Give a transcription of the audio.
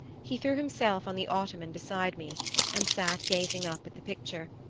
he threw himself on the ottoman beside me and sat gazing up at the picture,